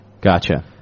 gotcha